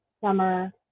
summer